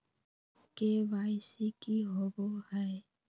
KYC की हॉबे हय?